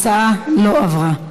הצעת החוק לא עברה.